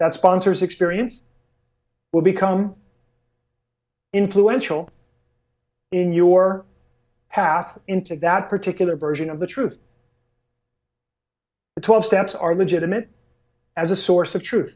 that sponsors experience will become influential in your path into that particular version of the truth the twelve steps are legitimate as a source of truth